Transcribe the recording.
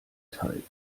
teilt